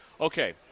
Okay